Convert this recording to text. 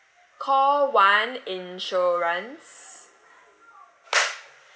call one insurance